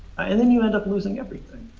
and then you end up losing everything.